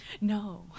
No